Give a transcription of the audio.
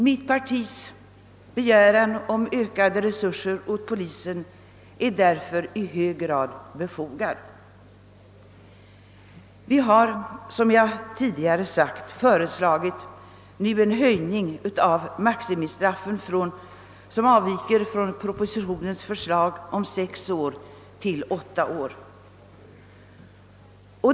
Mitt partis begäran om ökade resurser åt polisen är därför i hög grad befogad. Som jag tidigare sagt, har vi föreslagit en höjning av maximistraffet som avviker från propositionens förslag om sex år, nämligen till åtta år.